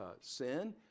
sin